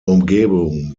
umgebung